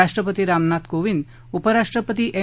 राष्ट्रपति रामनाथ कोविंद उपराष्ट्रंपति एम